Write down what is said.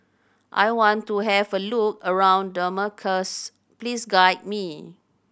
I want to have a look around Damascus please guide me